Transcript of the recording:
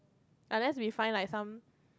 unless we find like some